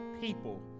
people